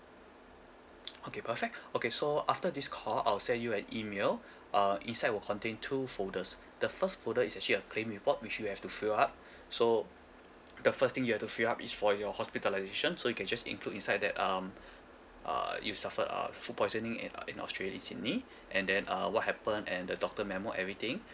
okay perfect okay so after this call I'll send you an email uh inside will contain two folders the first folder is actually a claim report which you have to fill up so the first thing you have to fill up is for your hospitalisation so you can just include inside that um uh you suffered uh f~ food poisoning in uh in australia in sydney and then uh what happened and the doctor memo everything